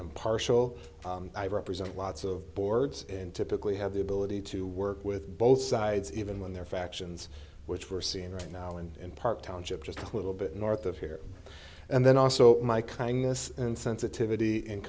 impartial i represent lots of boards and typically have the ability to work with both sides even when there are factions which we're seeing right now and in part township just a little bit north of here and then also my kindness and sensitivity and